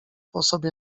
osobie